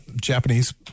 Japanese